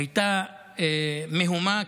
הייתה מהומה,